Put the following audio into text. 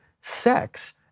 sex